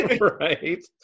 right